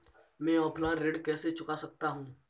मैं ऑफलाइन ऋण कैसे चुका सकता हूँ?